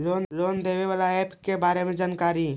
Loan देने बाला app के बारे मे जानकारी?